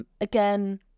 Again